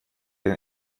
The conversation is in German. den